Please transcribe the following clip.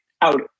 out